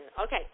Okay